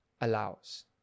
allows